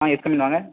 ah yes come in வாங்க